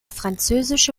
französische